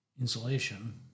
insulation